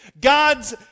God's